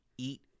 eat